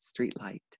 streetlight